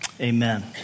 amen